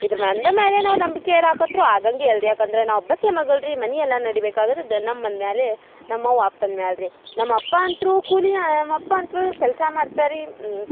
ಇದ್ರ ಮೆ ಅಂದ ಮ್ಯಾಲೆ ನಾವು ನಂಬಿಕೆ ಇರಾಕೆ ಅತ್ರು ಆಗಂಗೆ ಇಲ್ರಿ ಯಾಕಂದ್ರ ನಾ ಒಬ್ಬಾಕಿ ಮಗಳು ರೀ ಮನೆ ಎಲ್ಲ ನಡಿಬೇಕಾದ್ರದ ನಮ್ಮನ ಮ್ಯಾಲೆ ನಮ್ಮವ್ವ ಅಪ್ಪನ ಮ್ಯಾಲೆ ರೀ ನಮ್ಮಪ್ಪ ಅಂತ್ರೂ ಕೂಲಿ ನಾ ನಮ್ಮಪ್ಪ ಅಂತ್ರೂ ಕೆಲಸ ಮಾಡ್ತರೆ ರೀ